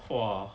!wah!